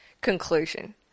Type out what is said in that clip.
conclusion